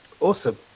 Awesome